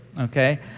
okay